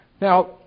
Now